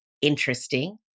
interesting